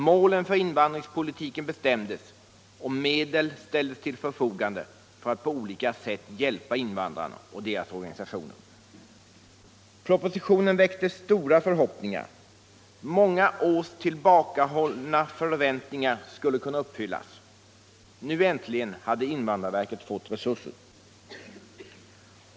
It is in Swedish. Målen för invandringspolitiken bestämdes och medel ställdes till förfogande för att på olika sätt hjälpa invandrarna och deras organisationer. Propositionen väckte stora förhoppningar. Många års tillbakahållna förväntningar skulle kunna uppfyllas. Nu äntligen hade invandrarverket fått resurser.